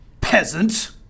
peasant